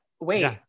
Wait